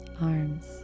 arms